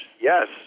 yes